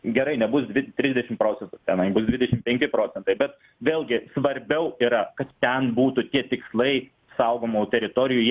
gerai nebus dvi trisdešim procentų tenai bus dvidešim penki procentai bet vėlgi svarbiau yra kas ten būtų tie tikslai saugomų teritorijų jie